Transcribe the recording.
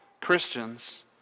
Christians